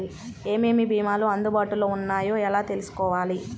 ఏమేమి భీమాలు అందుబాటులో వున్నాయో ఎలా తెలుసుకోవాలి?